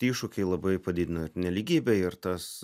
iššūkiai labai padidina nelygybę ir tas